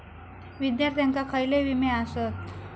विद्यार्थ्यांका खयले विमे आसत?